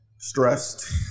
Stressed